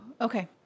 Okay